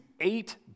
eight